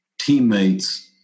teammates